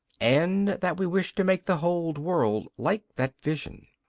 and that we wish to make the whole world like that vision.